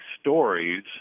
stories